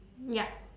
yup